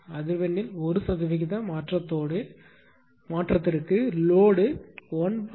அதிர்வெண்ணில் 1 சதவிகித மாற்றத்திற்கு லோடு 1